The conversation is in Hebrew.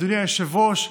אדוני היושב-ראש,